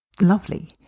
lovely